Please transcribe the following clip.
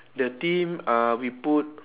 the theme uh we put